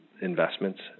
investments